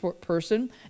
person